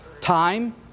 time